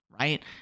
Right